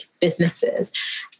businesses